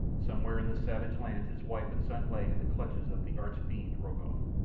somewhere in this savage land his wife and son lay in the clutches of the arch-fiend rokoff.